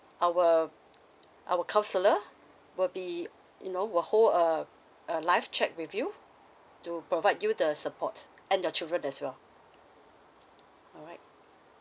our our counsellor will be you know will hold a a live chat with you to provide you the support and your children as well alright